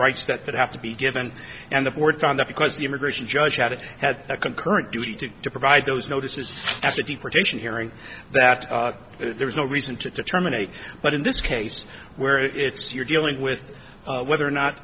rights that that have to be given and the board found that because the immigration judge at it had a concurrent duty to provide those notices after deportation hearing that there was no reason to terminate but in this case where it's you're dealing with whether or not